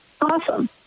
Awesome